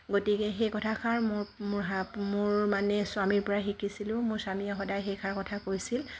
গতিকে সেই কথাষাৰ মোৰ মোৰ হা মোৰ মানে স্বামীৰ পৰা শিকিছিলোঁ মোৰ স্বামীয়ে সদায় সেইষাৰ কথা কৈছিল